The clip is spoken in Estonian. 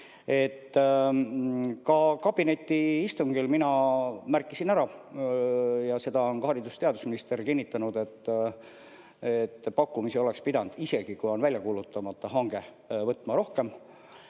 kabinetiistungil mina märkisin ära ja seda on ka haridus- ja teadusminister kinnitanud, et pakkumisi oleks pidanud, isegi kui on väljakuulutamata hange, võtma rohkem.